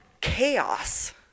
chaos